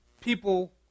people